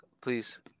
please